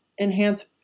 enhance